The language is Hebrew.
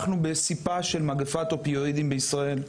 אנחנו בסִפָּהּ של מגפת אופיואידים בישראל,